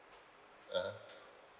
ah ha